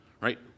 right